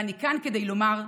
ואני כאן כדי לומר: